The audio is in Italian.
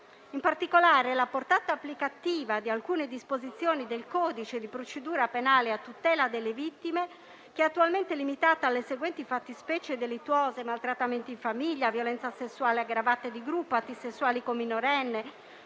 In particolare, la portata applicativa di alcune disposizioni del codice di procedura penale a tutela delle vittime, che è attualmente limitata ad alcune fattispecie delittuose (maltrattamenti in famiglia, violenza sessuale aggravata e di gruppo, atti sessuali con minorenne,